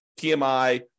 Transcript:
PMI